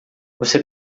você